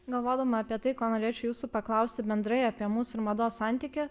galvodama apie tai ko norėčiau jūsų paklausti bendrai apie mūsų ir mados santykį